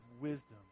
wisdom